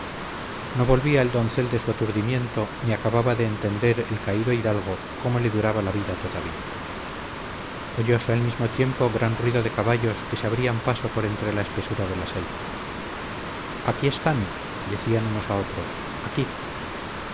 no volvía el doncel de su aturdimiento ni acababa de entender el caído hidalgo cómo le duraba la vida todavía oyóse al mismo tiempo gran ruido de caballos que se abrían paso por entre la espesura de la selva aquí están decían unos a otros aquí